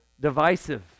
divisive